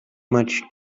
much